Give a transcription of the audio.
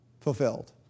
fulfilled